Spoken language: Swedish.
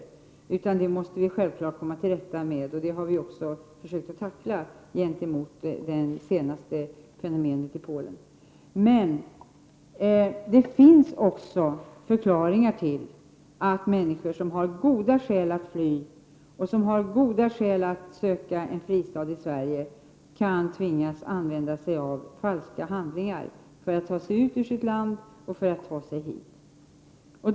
Självfallet måste vi komma till rätta med problemet, och vi har också försökt att ta itu med det senaste fenomenet i Polen. Men människor som har goda skäl att söka en fristad i Sverige kan tvingas använda sig av falska handlingar för att ta sig ut ur sitt land och för att ta sig hit.